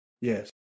Yes